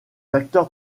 acteurs